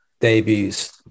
debuts